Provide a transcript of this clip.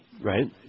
Right